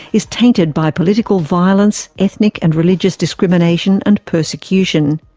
is tainted by political violence, ethnic and religious discrimination and persecution.